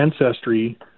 ancestry